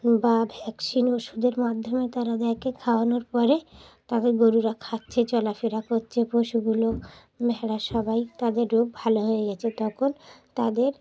বা ভ্যাকসিন ওষুধের মাধ্যমে তারা দেখকে খাওয়ানোর পরে তাদের গরুরা খাচ্ছে চলাফেরা করছে পশুগুলো ভেড়া সবাই তাদের রোগ ভালো হয়ে গেছে তখন তাদের